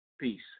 Peace